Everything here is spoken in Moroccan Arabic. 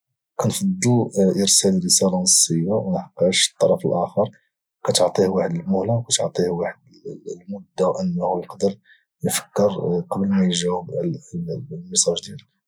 كنفضل ارسال رساله نصيه ولا حقاش طرف الاخر كتعطيه واحد المهله وكاتعطي واحد المده انه يفكر قبل ما يجاوب على ميساج ديالك